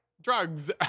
drugs